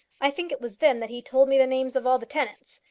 i think it was then that he told me the names of all the tenants.